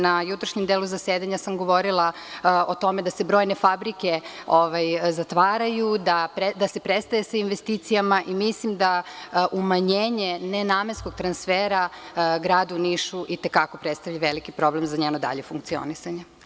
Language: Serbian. Na jutrašnjem delu zasedanja sam govorila o tome da se brojne fabrike zatvaraju, da se prestaje sa investicijama i mislim da umanjenje ne namenskog transfera u Gradu Nišu i te kako predstavlja veliki problem za njeno dalje funkcionisanje.